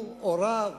הוא, הוריו,